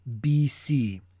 BC